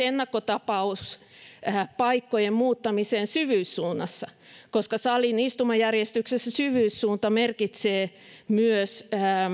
ennakkotapaus paikkojen muuttamiseen syvyyssuunnassa koska salin istumajärjestyksessä syvyyssuunta merkitsee myös